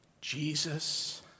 Jesus